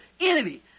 enemy